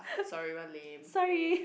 sorry we are lame